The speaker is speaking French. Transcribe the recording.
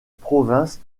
provinces